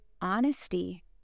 honesty